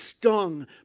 Stung